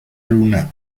luna